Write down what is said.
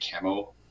camo